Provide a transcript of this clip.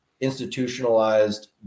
institutionalized